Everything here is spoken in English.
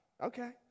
Okay